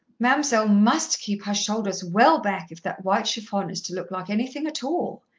mam'selle must keep her shoulders well back if that white chiffon is to look like anything at all,